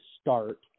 start